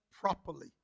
properly